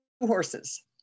horses